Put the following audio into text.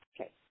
Okay